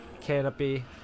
canopy